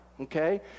okay